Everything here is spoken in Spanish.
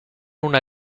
una